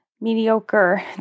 mediocre